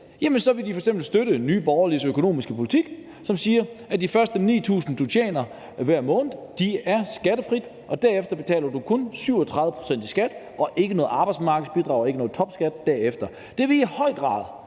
ville de f.eks. støtte Nye Borgerliges økonomiske politik, som siger, at de første 9.000 kr., du tjener hver måned, er skattefri, og derefter betaler du kun 37 pct. i skat og ikke noget arbejdsmarkedsbidrag og ikke noget topskat. Det ville i høj grad